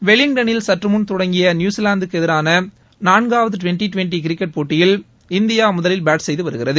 வெலிங்டனில் சற்று முன் தொடங்கிய நியுஸிலாந்துக்கு எதிரான நான்காவது டிவெண்டி டிவெண்டி கிரிக்கெட் போட்டியில் இந்தியா முதலில் பேட் செய்து வருகிறது